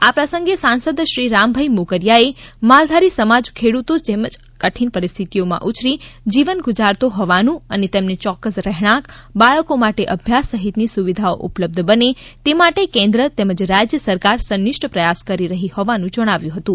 આ પ્રસંગે સાંસદ શ્રી રામભાઈ મોકરિયાએ માલધારી સમાજ ખેડૂતો જેમ જ કઠિન પરિસ્થિઓમાં ઉછરી જીવન ગુજારાતો હોવાનું અને તેમને ચોક્કસ રહેણાંક બાળકો માટે અભ્યાસ સહિતની સુવિધાઓ ઉપલબ્ધ બને તે માટે કેન્દ્ર તેમજ રાજ્ય સરકાર સનિષ્ઠ પ્રયાસ કરી રહી હોવાનું જણાવ્યું હતું